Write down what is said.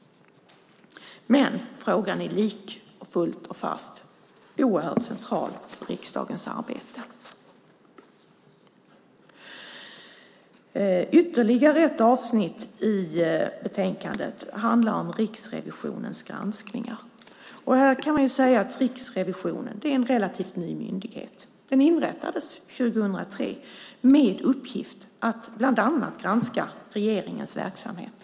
Men frågan är likafullt oerhört central för riksdagens arbete. Ytterligare ett avsnitt i betänkandet handlar om Riksrevisionens granskningar. Riksrevisionen är en relativt ny myndighet. Den inrättades 2003 med uppgift att bland annat granska regeringens verksamhet.